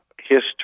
history